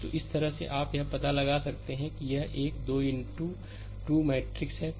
तो इस तरह से आप यह पता लगा सकते हैं यह एक 2 इनटू 2 मैट्रिक्स है